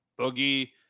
Boogie